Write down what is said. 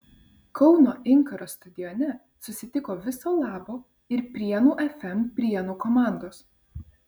kauno inkaro stadione susitiko viso labo ir prienų fm prienų komandos